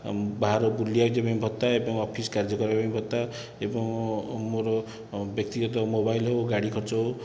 ବାହାରେ ବୁଲିବା ଯିବାପାଇଁ ଭତ୍ତା ଏବଂ ଅଫିସ କାର୍ଯ୍ୟ କରିବାପାଇଁ ଭତ୍ତା ଏବଂ ମୋର ବ୍ୟକ୍ତିଗତ ମୋବାଇଲ୍ ହେଉ ଗାଡ଼ି ଖର୍ଚ୍ଚ ହେଉ